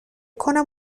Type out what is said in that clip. کنم